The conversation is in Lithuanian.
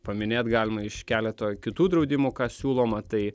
paminėt galima iš keleto kitų draudimų ką siūloma tai